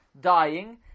dying